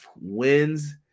wins